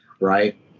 Right